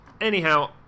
anyhow